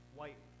white